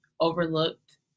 overlooked